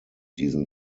diesen